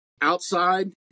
outside